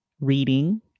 reading